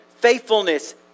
faithfulness